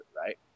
right